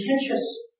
contentious